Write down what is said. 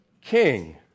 king